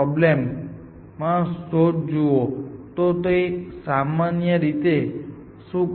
હવે આ પ્રેરિત ઉદાહરણ લૂપને મંજૂરી આપતું નથી કારણ કે અમે કહ્યું હતું કે એજ ડિરેકટેડ છે પરંતુ સામાન્ય રીતે લૂપિંગ શક્ય છે